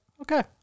Okay